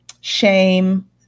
shame